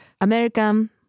American